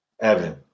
Evan